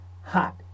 hot